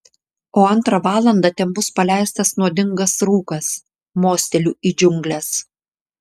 o antrą valandą ten bus paleistas nuodingas rūkas mosteliu į džiungles